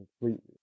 completely